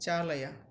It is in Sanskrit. चालय